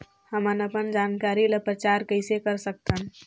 हमन अपन जानकारी ल प्रचार कइसे कर सकथन?